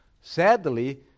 Sadly